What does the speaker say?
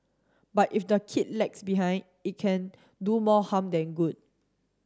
but if the kid lags behind it can do more harm than good